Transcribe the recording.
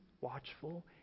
watchful